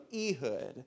Ehud